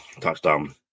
touchdown